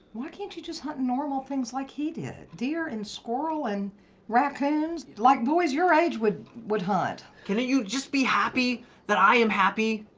why can't you just hunt normal things like he did? deer, and squirrel and raccoons, like boys your age would would hunt. can you just be happy that i am happy?